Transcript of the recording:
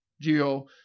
Geo